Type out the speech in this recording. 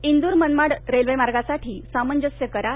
इंदूर मनमाड रेल्वेमार्गासाठी सामंजस्य करार